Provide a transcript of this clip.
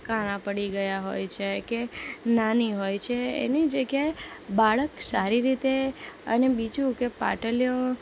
કાણાં પડી ગયા હોય છે કે નાની હોય છે એની જગ્યાએ બાળક સારી રીતે અને બીજું કે પાટલીઓ